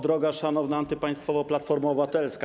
Droga, Szanowna, Antypaństwowa Platformo Obywatelska!